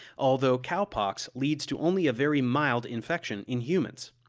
although cowpox leads to only a very mild infection in humans.